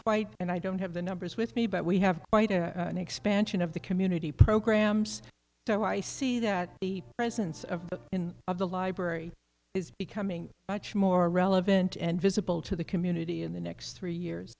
quite and i don't have the numbers with me but we have an expansion of the community programs so i see that the presence of the in of the library is becoming much more relevant and visible to the community in the next three years